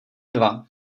dva